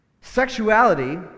Sexuality